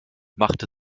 machte